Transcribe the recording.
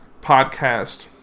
podcast